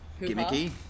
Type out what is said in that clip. gimmicky